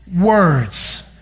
words